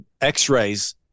x-rays